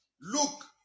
Look